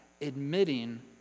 admitting